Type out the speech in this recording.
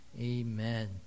Amen